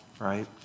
right